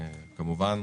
כמובן,